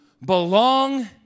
belong